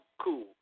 cool